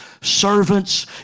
servants